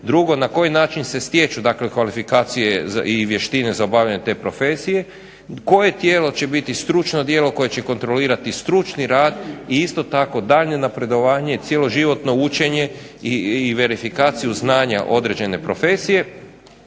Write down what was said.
Drugo, na koji način se stječu dakle kvalifikacije i vještine za obavljanje te profesije, koje tijelo će biti stručno tijelo koje će kontrolirati stručni rad i isto tako daljnje napredovanje, cjeloživotno učenje i verifikaciju znanja određene profesije.